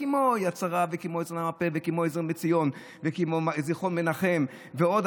כמו יד שרה וכמו עזר למרפא וכמו עזר מציון וכמו זיכרון מנחם ועוד.